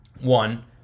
one